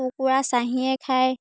কুকুৰা চাহীয়ে খায়